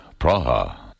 Praha